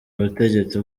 ubutegetsi